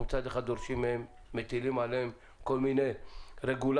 אנחנו מצד אחד דורשים מהם ומטילים עליהם כל מיני רגולציות.